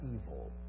evil